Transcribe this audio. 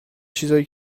چیزای